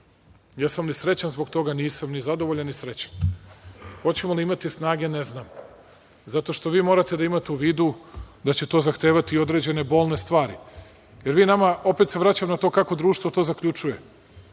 Jesam li srećan zbog toga? Nisam ni zadovoljan, ni srećan. Hoćemo li imati snage? Ne znam. Zato što vi morate da imate u vidu da će to zahtevati određene bolne stvari. Vi nama, opet se vraćam na to kako društvo to zaključuje,